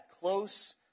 close